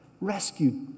rescued